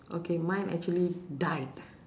okay mine actually died